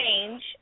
change